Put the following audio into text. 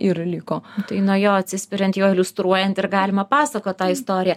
ir liko tai nuo jo atsispiriant jo iliustruojant ir galima pasakot tą istoriją